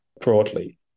broadly